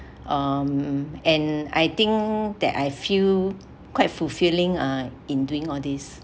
um and I think that I feel quite fulfilling uh in doing all these